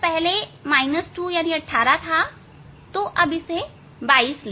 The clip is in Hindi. पहले यदि यह18 था तो अब इसे 22 ले